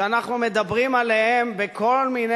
את כל הזמן